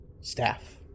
Staff